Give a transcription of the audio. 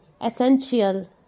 Essential